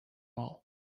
all